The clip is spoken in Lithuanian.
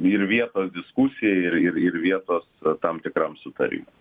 ir vietos diskusijoj ir ir ir vietos tam tikram sutarime